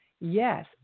yes